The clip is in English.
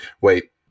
wait